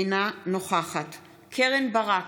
אינה נוכחת קרן ברק,